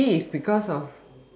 maybe it's because of